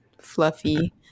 Fluffy